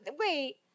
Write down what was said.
wait